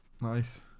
Nice